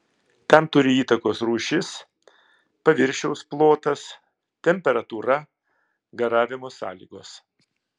tam turi įtakos rūšis paviršiaus plotas temperatūra garavimo sąlygos